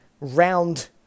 round